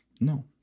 No